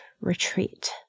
retreat